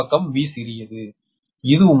இந்த பக்கம் V சிறியது 'ஒரு'